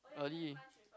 early